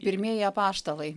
pirmieji apaštalai